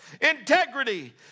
Integrity